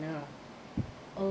oh